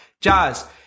Jazz